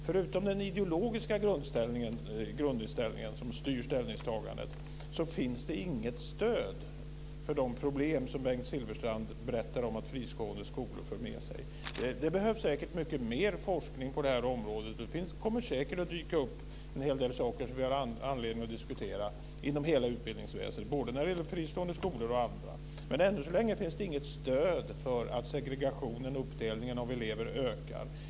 Förutom den ideologiska grundinställningen som styr ställningstagandet, finns det inget stöd för de problem som Bengt Silfverstrand berättade att fristående skolor för med sig. Det behövs säkert mycket mer forskning på området. Det kommer säkert att dyka upp en hel del saker som vi har anledning att diskutera inom hela utbildningsväsendet, både när det gäller fristående skolor och andra skolor. Men ännu så länge finns inget stöd för att segregationen, uppdelningen av elever, ökar.